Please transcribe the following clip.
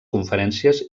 conferències